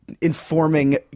informing